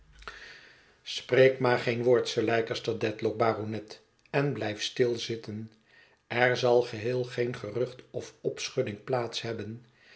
spreek maar geen woord sir leicester dedlock baronet en blijf stil zitten er zal geheel geen gerucht of opschudding plaats hebben